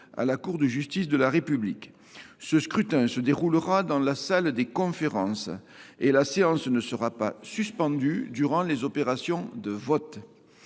à la Cour de justice de la République. Ce scrutin se déroulera dans la salle des conférences ; la séance ne sera pas suspendue durant les opérations de vote.